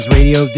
Radio